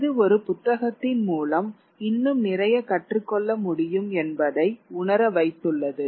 இது ஒரு புத்தகத்தின் மூலம் இன்னும் நிறைய கற்றுக்கொள்ள முடியும் என்பதை உணர வைத்துள்ளது